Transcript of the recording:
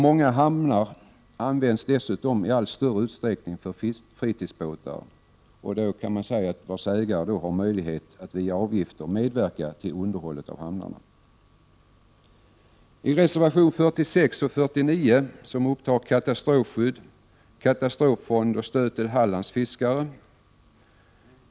Många hamnar används dessutom i allt större utsträckning för fritidsbåtar. Ägarna till dessa båtar har möjlighet att via betalning av avgifter medverka till underhållet av hamnarna. Reservationerna nr 46 och 49 upptar katastrofskydd, katastroffond och stöd till Hallands fiskare.